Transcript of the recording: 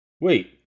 wait